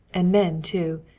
and men, too,